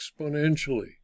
exponentially